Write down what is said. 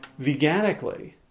veganically